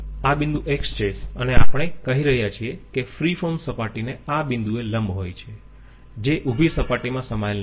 આ બિંદુ X છે અને આપણે કહી રહ્યા છીએ કે ફ્રી ફોર્મ સપાટીને આ બિંદુએ લંબ હોય છે જે ઉભી સપાટીમાં સમાયેલ નથી